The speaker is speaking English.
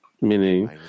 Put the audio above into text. meaning